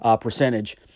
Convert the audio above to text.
percentage